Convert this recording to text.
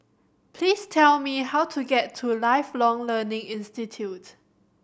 please tell me how to get to Lifelong Learning Institute